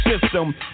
system